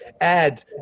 add